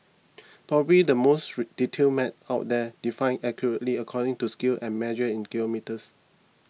probably the most detailed map out there defined accurately according to scale and measured in kilometres